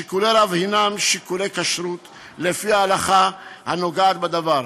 שיקולי הרב הנם שיקולי כשרות לפי ההלכה הנוגעת בדבר.